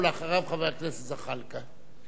ואחריו, חבר הכנסת זחאלקה.